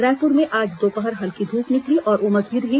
रायपुर में आज दोपहर हल्की धूप निकली और उमस भी रही